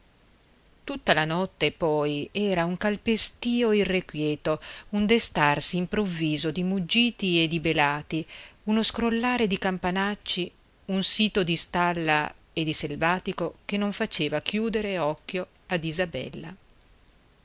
tutta la notte poi era un calpestìo irrequieto un destarsi improvviso di muggiti e di belati uno scrollare di campanacci un sito di stalla e di salvatico che non faceva chiudere occhio ad isabella